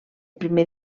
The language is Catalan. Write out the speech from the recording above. primer